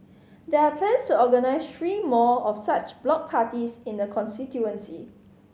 there are plans to organise three more of such block parties in the constituency